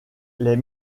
les